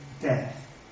death